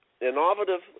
innovative